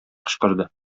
кычкырды